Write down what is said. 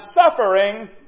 suffering